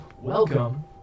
Welcome